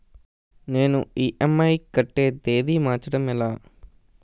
నేను ఇ.ఎం.ఐ కట్టే తేదీ మార్చడం ఎలా?